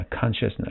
consciousness